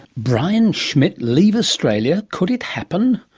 brian schmidt leave australia? could it happen?